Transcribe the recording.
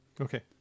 Okay